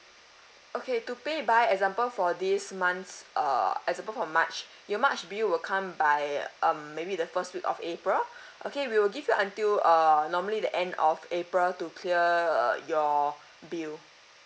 okay to pay by example for this month's uh example for march your march bill come by um maybe the first week of april okay we will give you until err normally the end of april to clear uh your bill